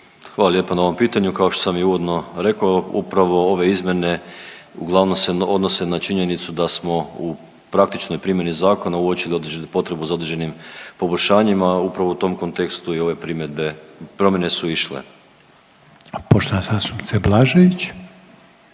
Hvala lijepo na ovom pitanju, kao što sam i uvodno rekao upravo ove izmjene uglavnom se odnose na činjenicu da smo u praktičnoj primjeni zakona uočili određenu potrebu za određenim poboljšanjima. Upravo u tom kontekstu i ove primjedbe, promjene su išle. **Reiner, Željko